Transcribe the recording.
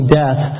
death